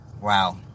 Wow